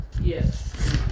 Yes